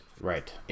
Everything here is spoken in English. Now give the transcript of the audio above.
right